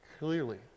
Clearly